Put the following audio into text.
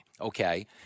Okay